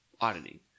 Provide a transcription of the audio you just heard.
auditing